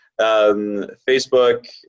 facebook